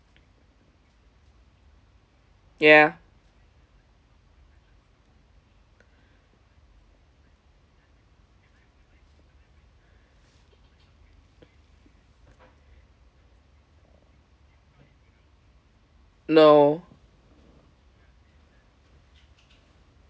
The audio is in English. ya no